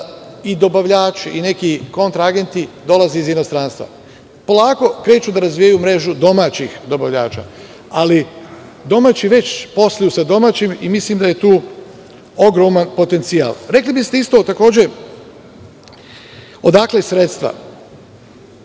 i dobavljači, neki kontra agenti dolaze iz inostranstva. Polako kreću da razvijaju mrežu domaćih dobavljača, ali domaći već posluju sa domaćim i mislim da je tu ogroman potencijal. Rekli biste isto takođe, odakle sredstva?